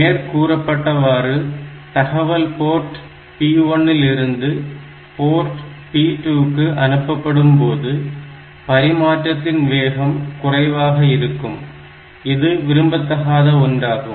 மேற்கூறப்பட்டவாறு தகவல் port P1 இல் இருந்து போரட் P2 க்கு அனுப்பப்படும் போது பரிமாற்றத்தின் வேகம் குறைவாக இருக்கும் இது விரும்பத்தகாத ஒன்றாகும்